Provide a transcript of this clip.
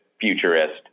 futurist